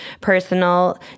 personal